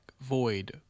Void